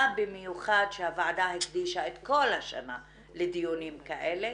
מה במיוחד שהוועדה הקדישה את כל השנה לדיונים כאלה,